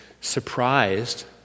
surprised